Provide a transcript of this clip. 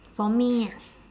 for me ah